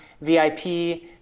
VIP